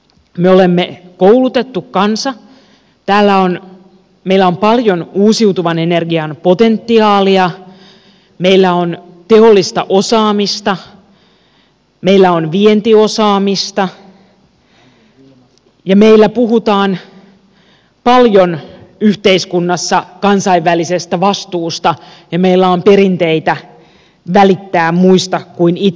me olemme koulutettu kansa meillä on paljon uusiutuvan energian potentiaalia meillä on teollista osaamista meillä on vientiosaamista meillä puhutaan paljon yhteiskunnassa kansainvälisestä vastuusta ja meillä on perinteitä välittää muista kuin itsestämme